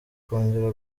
kongera